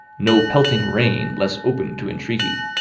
no pelting rain less open to entreaty.